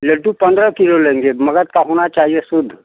लड्डू पंद्रह किलो लेंगे मगध का होना चाहिए शुद्ध